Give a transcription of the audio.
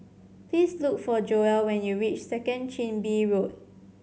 please look for Joell when you reach Second Chin Bee Road